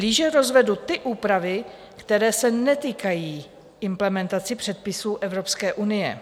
Blíže rozvedu ty úpravy, které se netýkají implementace předpisů Evropské unie.